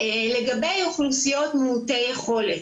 לגבי אוכלוסיות מעוטי יכולת,